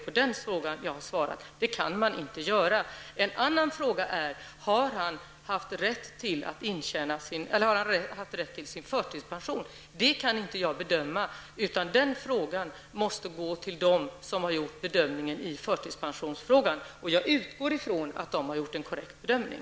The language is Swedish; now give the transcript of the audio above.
På den frågan har jag svarat, att det kan man inte göra. En annan fråga är om han haft rätt till sin förtidspension. Det kan inte jag bedöma. Den frågan måste gå till dem som gjort bedömningen om rätt till förtidspension. Jag utgår ifrån att de har gjort en korrekt bedömning.